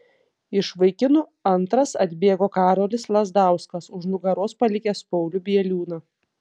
iš vaikinų antras atbėgo karolis lazdauskas už nugaros palikęs paulių bieliūną